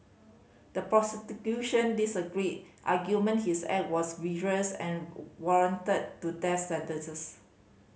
the disagreed argument his act was vicious and warranted to death sentences